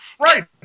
right